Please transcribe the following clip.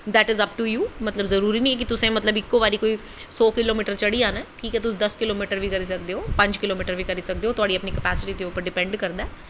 that is up to you मतलब कि जरूरी नेईं ऐ कि इक्को बारी तुसें सौ किलो मीटर चढ़ी जानी ऐ तुस दस किलो मीटर बी करी सकदे ओ पंज किलो मीटर बी करी सकदे ओ तुआढ़ी कपैसिटी दे पर डिपैंट करदा ऐ